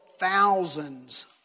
Thousands